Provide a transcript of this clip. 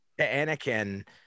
Anakin